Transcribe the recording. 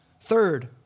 Third